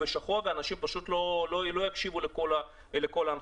בשחור ואנשים פשוט לא יקשיבו לכל ההנחיות.